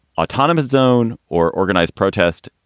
autonomous zone or organized protest?